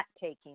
taking